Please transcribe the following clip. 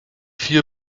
vier